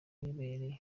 yihebeye